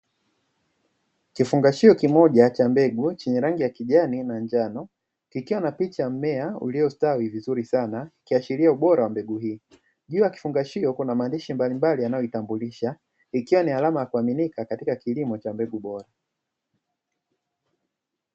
Kifungashio kimoja cha mbegu chenye rangi ya kijani na njano kikiwa na picha ya mmea uliostawi vizuri sana kiashiria ubora wa mbegu hii, juu ya kifungashio kuna maandishi mbalimbali, yanayoitambulisha ikiwa ni alama ya kuaminika katika kilimo cha mbegu bora.